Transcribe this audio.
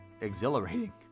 exhilarating